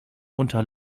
unter